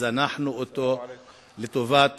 שזנחנו לטובת